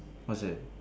what's that